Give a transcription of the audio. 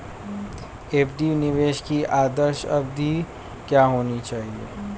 FD निवेश की आदर्श अवधि क्या होनी चाहिए?